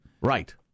Right